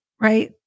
right